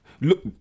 look